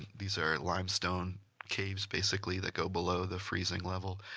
these are limestone caves, basically, that go below the freezing level.